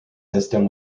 system